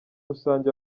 rusange